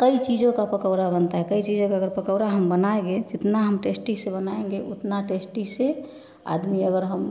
कई चीजो का पकौड़ा बनता है कई चीजो का अगर पकौड़ा हम बनाएंगे जितना हम टेस्टी से बनाएँगे उतना टेस्टी से आदमी अगर हम